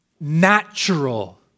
natural